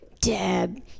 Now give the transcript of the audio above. Deb